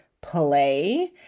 play